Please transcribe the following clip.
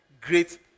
great